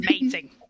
amazing